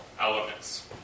elements